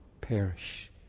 perish